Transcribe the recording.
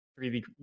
3D